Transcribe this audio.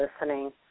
listening